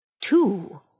two